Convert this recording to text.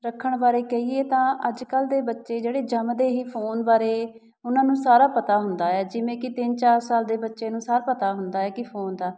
ਰੱਖਣ ਬਾਰੇ ਕਹੀਏ ਤਾਂ ਅੱਜ ਕੱਲ੍ਹ ਦੇ ਬੱਚੇ ਜਿਹੜੇ ਜੰਮਦੇ ਹੀ ਫੋਨ ਬਾਰੇ ਉਹਨਾਂ ਨੂੰ ਸਾਰਾ ਪਤਾ ਹੁੰਦਾ ਹੈ ਜਿਵੇਂ ਕਿ ਤਿੰਨ ਚਾਰ ਸਾਲ ਦੇ ਬੱਚੇ ਨੂੰ ਸਭ ਪਤਾ ਹੁੰਦਾ ਹੈ ਕਿ ਫੋਨ ਦਾ